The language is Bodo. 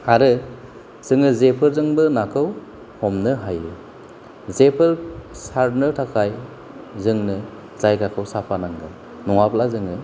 आरो जोङो जेफोरजोंबो नाखौ हमनो हायो जेफोर सारनो थाखाय जोंनो जायगाखौ साफा नांगोन नङाब्ला जोङो